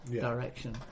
direction